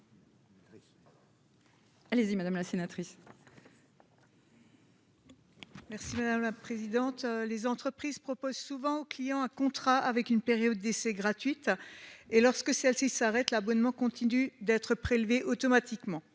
libellé : La parole est à Mme Sabine Drexler. Les entreprises proposent souvent à leurs clients un contrat avec une période d'essai gratuite, et lorsque celle-ci s'arrête, l'abonnement continue d'être prélevé automatiquement.